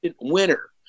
winner